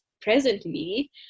presently